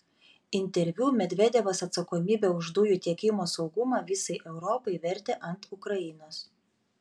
interviu medvedevas atsakomybę už dujų tiekimo saugumą visai europai vertė ant ukrainos